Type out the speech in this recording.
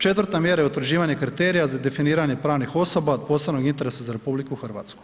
Četvrta mjera je utvrđivanje kriterija za definiranje pravnih osoba od posebnog interesa za RH.